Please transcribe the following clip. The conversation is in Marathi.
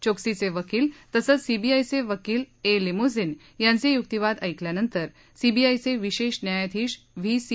चोक्सीचे वकील तसंच सीबीआयचे वकील ए लिमोसिन यांचे युक्तिवाद ऐकल्यानंतर सीबीआयचे विशेष न्यायाधीश व्ही सी